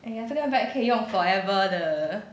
!aiya! 这个 bag 可以用 forever 的